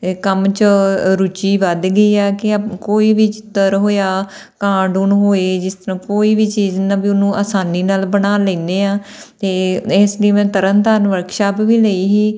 ਕੰਮ 'ਚ ਰੁਚੀ ਵੱਧ ਗਈ ਆ ਕਿ ਅਪ ਕੋਈ ਵੀ ਚਿੱਤਰ ਹੋਇਆ ਕਾਰਟੂਨ ਹੋਏ ਜਿਸ ਤਰ੍ਹਾਂ ਕੋਈ ਵੀ ਚੀਜ਼ ਨਵੀਂ ਉਹ ਨੂੰ ਆਸਾਨੀ ਨਾਲ ਬਣਾ ਲੈਂਦੇ ਹਾਂ ਅਤੇ ਇਸ ਲਈ ਮੈਂ ਤਰਨ ਤਾਰਨ ਵਰਕਸ਼ਾਪ ਵੀ ਲਈ ਸੀ